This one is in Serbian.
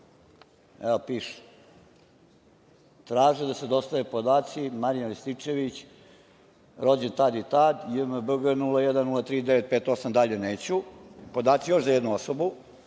Evo piše – traže da se dostave podaci, Marijan Rističević, rođen tad i tad, JMBG 0103958… dalje neću, podaci još za jednu osobu,